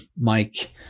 Mike